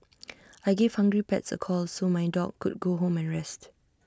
I gave hungry pets A call so my dog could go home my rest